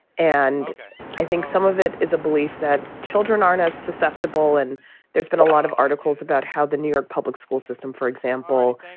and i think some of it is a belief that children aren't as susceptible. and there's been a lot of articles about how the new york public school system, for example,